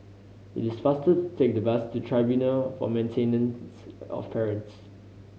it is faster to take the bus to Tribunal for Maintenance of Parents